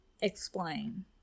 explain